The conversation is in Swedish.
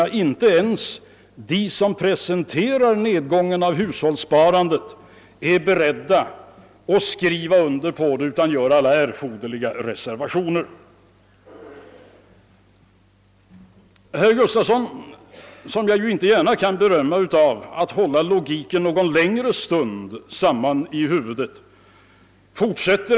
Inte ens de som presenterar nedgången i hushållssparandet är beredda att skriva under skildringen, utan de gör alla erforderliga reservationer. Herr Gustafson kan inte gärna berömma sig av att hålla samman logiken någon längre stund.